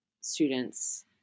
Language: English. students